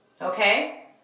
okay